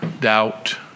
doubt